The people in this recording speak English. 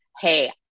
hey